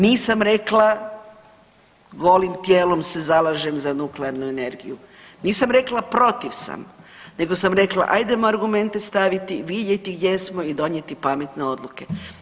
Nisam rekla golim tijelom se zalažem za nuklearnu energiju, nisam rekla protiv sam, nego sam rekla ajdemo argumente staviti, vidjeti gdje smo i donijeti pametne odluke.